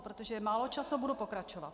Protože je málo času, budu pokračovat.